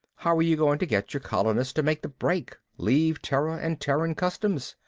how are you going to get your colonists to make the break, leave terra and terran customs?